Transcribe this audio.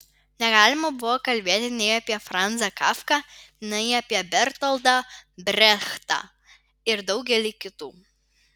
negalima buvo kalbėti nei apie franzą kafką nei apie bertoldą brechtą ir daugelį kitų